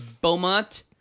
beaumont